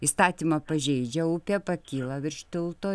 įstatymą pažeidžia upė pakyla virš tilto